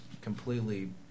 completely